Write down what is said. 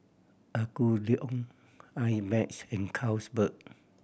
Apgujeong I Max and Carlsberg